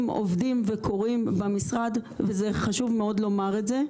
עובדים וקורים במשרד וזה חשוב מאוד לומר את זה.